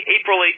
April